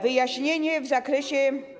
Wyjaśnienie w zakresie.